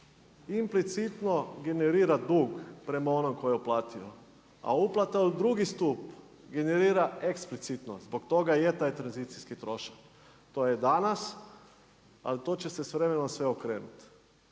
implicitno generira dug prema onom tko je uplatio. A uplata u drugi stup generira eksplicitno, zbog toga i je taj tranzicijski trošak, to je danas, ali to će se s vremenom sve okrenuti.